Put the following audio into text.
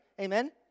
amen